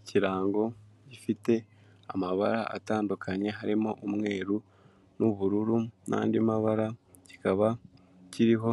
Ikirango gifite amabara atandukanye harimo umweru n'ubururu n'andi mabara, kikaba kiriho